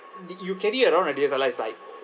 di~ you carry around a D_S_L_R is like